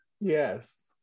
Yes